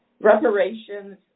Reparations